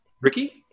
Ricky